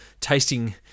tasting